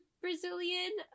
Brazilian